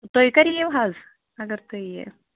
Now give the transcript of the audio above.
تُہۍ کَر یِیِو حظ اگر تُہۍ یِہِ